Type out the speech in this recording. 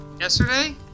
yesterday